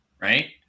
right